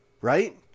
right